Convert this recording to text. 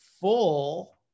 full